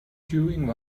during